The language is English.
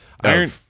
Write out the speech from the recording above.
Iron